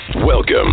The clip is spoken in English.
Welcome